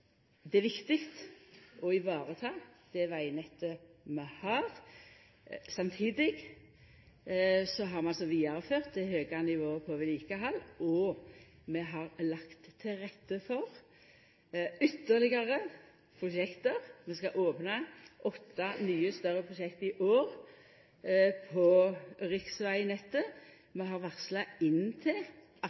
det er viktig å ta vare på det vegnettet vi har. Samtidig har vi altså vidareført det høge nivået på vedlikehald, og vi har lagt til rette for ytterlegare prosjekt. Vi skal i år opna åtte nye, større prosjekt på riksvegnettet. Vi har varsla inntil 18 nye, større prosjekt til